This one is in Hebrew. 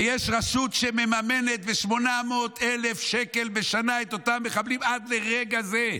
ויש רשות שמממנת ב-800,000 שקל בשנה את אותם מחבלים עד לרגע זה,